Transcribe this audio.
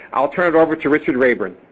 i'll turn it over to richard rayburn.